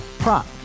Prop